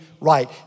right